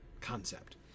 concept